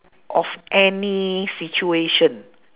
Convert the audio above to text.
of any situation